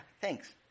Thanks